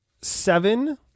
seven